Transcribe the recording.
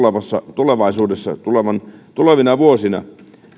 tulevaisuudessa tulevina vuosina